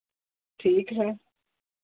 ठीक है